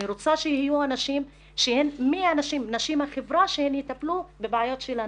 אני רוצה שיהיו נשים מהחברה שהן יטפלו בבעיות של הנשים.